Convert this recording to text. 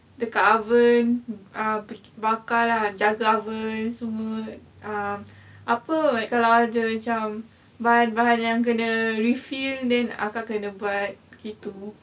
dekat oven ah bakar lah jaga oven semua uh apa kalau ada macam bahan-bahan yang kena refill then akak kena buat